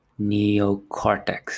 Neocortex